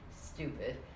Stupid